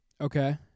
Okay